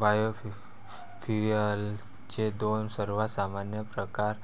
बायोफ्युएल्सचे दोन सर्वात सामान्य प्रकार